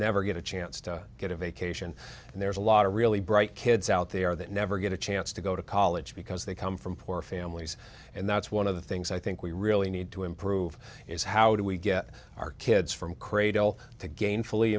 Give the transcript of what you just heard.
never get a chance to get a vacation and there's a lot of really bright kids out there that never get a chance to go to college because they come from poor families and that's one of the things i think we really need to improve is how do we get our kids from cradle to gainfully